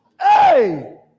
Hey